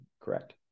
Correct